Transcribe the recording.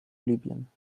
libyen